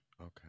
okay